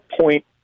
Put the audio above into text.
point